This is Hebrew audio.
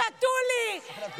שתו לי,